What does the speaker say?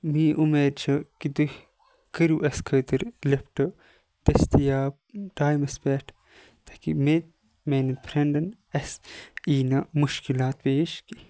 اُمید چھِ کہِ تُہۍ کٔرِو اَسہِ خٲطرٕ لِفٹ دستِیاب ٹایمَس پیٹھ تاکہِ مےٚ میانٮ۪ن فرنڈَن اَسہِ یی نہٕ مُشکِلات پیش کینٛہہ